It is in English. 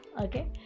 okay